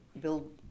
build